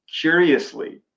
curiously